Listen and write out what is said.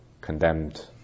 condemned